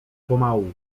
pomału